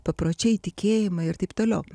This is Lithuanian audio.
papročiai tikėjimai ir taip toliau